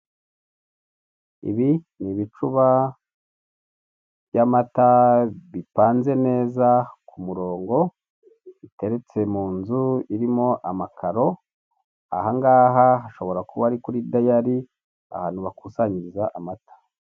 Ibi ni ibicuba by'amata bipanze neza ku murongo biteretse mu nzu irimo amakaro, ahangaha hashobora kuba ari kuri dayari ahantu bakusanyiriza amata.